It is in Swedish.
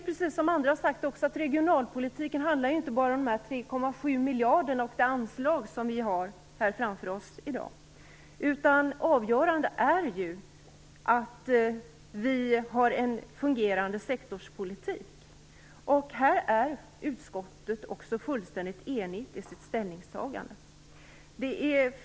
Men regionalpolitiken handlar inte bara om de 3,7 miljarder och de anslag som vi debatterar här i dag, utan avgörande är att vi har en fungerande sektorspolitik. Här är utskottet också fullständigt enigt i sitt ställningstagande.